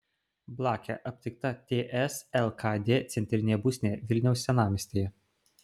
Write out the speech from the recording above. blakė aptikta ts lkd centrinėje būstinėje vilniaus senamiestyje